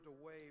away